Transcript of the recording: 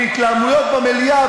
להתלהמויות במליאה,